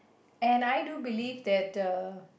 and I do believe that the